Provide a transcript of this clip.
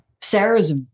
Sarah's